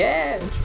Yes